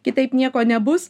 kitaip nieko nebus